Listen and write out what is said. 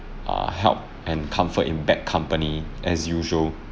uh help and comfort in bad company as usual